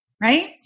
right